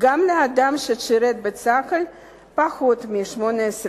גם לאדם ששירת בצה"ל פחות מ-18 חודשים.